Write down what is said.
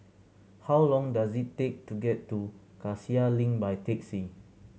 how long does it take to get to Cassia Link by taxi